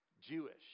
Jewish